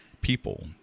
people